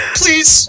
please